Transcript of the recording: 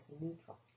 neutral